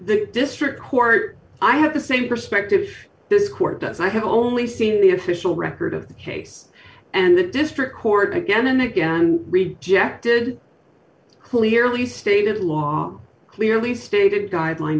the district court i have the same perspective this court does i have only seen the official record of case and the district court again and again rejected clearly stated law clearly stated guideline